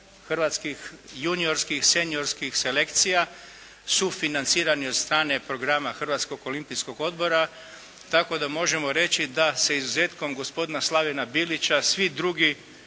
juniorskih, seniorskih selekcija su financirani od strane programa Hrvatskog olimpijskog odbora tako da možemo reći da se izuzetkom gospodina Slavena Bilića, svi drugi